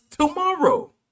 tomorrow